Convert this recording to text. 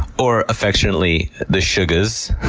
or affectionately, the shugahs,